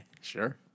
Sure